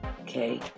okay